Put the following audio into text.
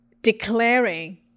declaring